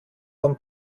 von